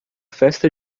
festa